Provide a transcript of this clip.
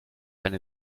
eine